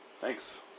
Thanks